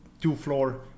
two-floor